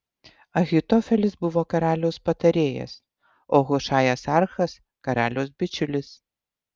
ahitofelis buvo karaliaus patarėjas o hušajas archas karaliaus bičiulis